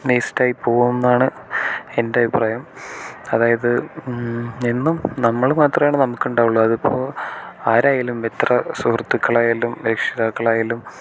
വേസ്റ്റായിപ്പോവും എന്നാണ് എൻ്റെ അഭിപ്രായം അതായത് എന്നും നമ്മൾ മാത്രമാണ് നമുക്കുണ്ടാവുള്ളൂ അതിപ്പോൾ ആരായാലും എത്ര സുഹൃത്തുക്കളായാലും രക്ഷിതാക്കളായാലും